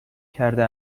کرده